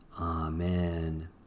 Amen